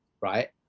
right